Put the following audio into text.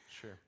Sure